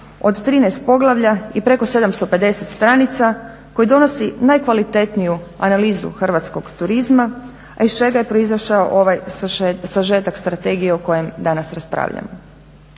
od 13 poglavlja i preko 750 stranica koji donosi najkvalitetniju analizu hrvatskog turizma, a iz čega je proizašao ovaj sažetak strategije o kojem danas raspravljamo.